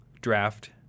draft